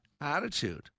attitude